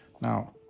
Now